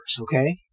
okay